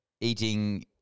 eating